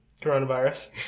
Coronavirus